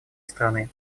страны